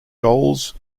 goals